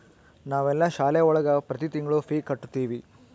ನಾವೆಲ್ಲ ಶಾಲೆ ಒಳಗ ಪ್ರತಿ ತಿಂಗಳು ಫೀ ಕಟ್ಟುತಿವಿ